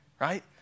right